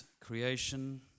creation